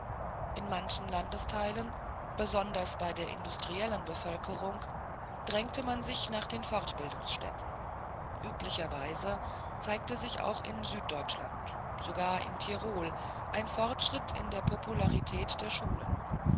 in manchen landesteilen besonders bei der industriellen bevölkerung drängte man sich nach den bildungsstätten merkwürdigerweise zeigte sich auch in süddeutschland sogar in tirol ein fortschritt in der popularität der schulen